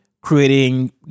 creating